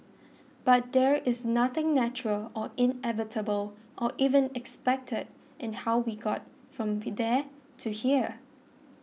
but there was nothing natural or inevitable or even expected in how we got from there to here